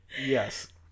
Yes